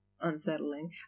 unsettling